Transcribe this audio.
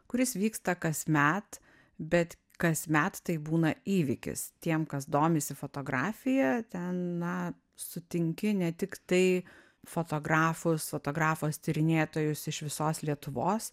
kuris vyksta kasmet bet kas metai būna įvykis tiem kas domisi fotografija ten na sutinki ne tiktai fotografus fotografus tyrinėtojus iš visos lietuvos